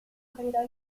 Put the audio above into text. corridoi